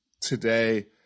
today